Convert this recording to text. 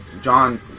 John